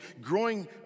growing